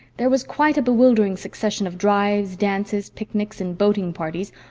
there was quite a bewildering succession of drives, dances, picnics and boating parties,